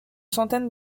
centaine